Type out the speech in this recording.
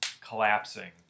collapsing